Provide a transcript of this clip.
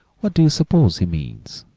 what do you suppose he means?